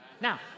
now